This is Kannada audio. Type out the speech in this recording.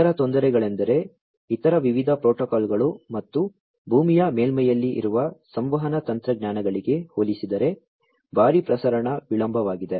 ಇತರ ತೊಂದರೆಗಳೆಂದರೆ ಇತರ ವಿಧದ ಪ್ರೋಟೋಕಾಲ್ಗಳು ಮತ್ತು ಭೂಮಿಯ ಮೇಲ್ಮೈಯಲ್ಲಿ ಇರುವ ಸಂವಹನ ತಂತ್ರಜ್ಞಾನಗಳಿಗೆ ಹೋಲಿಸಿದರೆ ಭಾರಿ ಪ್ರಸರಣ ವಿಳಂಬವಾಗಿದೆ